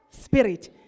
spirit